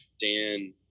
Dan